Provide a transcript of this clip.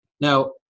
Now